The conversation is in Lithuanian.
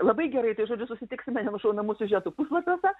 labai gerai tai žodžiu susitiksime nenušaunamų siužetų puslapiuose